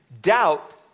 doubt